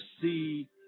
see